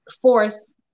force